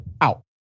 out